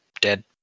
dead